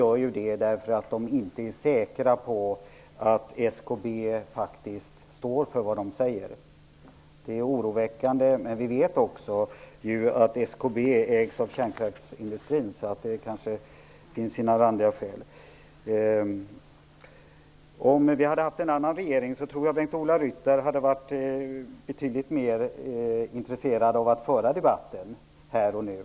De gör det därför att de inte är säkra på att SKB faktiskt står för det man säger. Det är oroväckande, men vi vet också att SKB ägs av kärnkraftsindustrin. Det kanske har sina randiga skäl. Om vi hade haft en annan regering tror jag att Bengt-Ola Ryttar hade varit betydligt mer intresserad av att föra debatten här och nu.